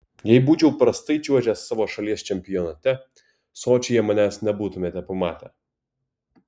jei būčiau prastai čiuožęs savo šalies čempionate sočyje manęs nebūtumėte pamatę